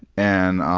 and,